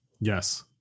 Yes